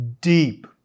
deep